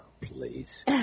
please